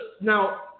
Now